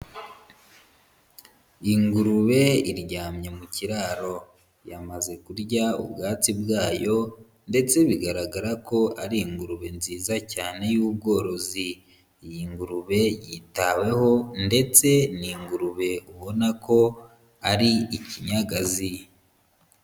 Ingurube iryamye mu kiraro yamaze kurya ubwatsi bwayo ndetse bigaragara ko ari ingurube nziza cyane y'ubworozi, iyi ngurube yitaweho ndetse ni ingurube ubona ko ari ikinyagazi.